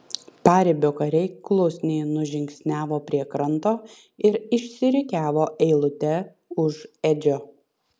paribio kariai klusniai nužingsniavo prie kranto ir išsirikiavo eilute už edžio